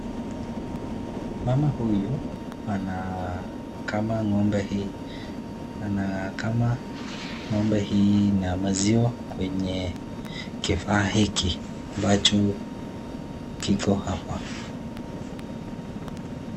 Mama huyu anakama ng'ombe hii, anakama ng'ombe hii na maziwa kwenye kifaa hiki ambacho kiko hapa.